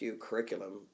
curriculum